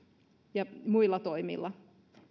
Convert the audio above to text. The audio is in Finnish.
ja muilla toimilla